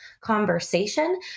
conversation